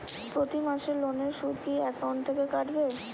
প্রতি মাসে লোনের সুদ কি একাউন্ট থেকে কাটবে?